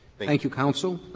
thank you, counsel.